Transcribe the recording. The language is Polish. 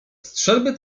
strzelby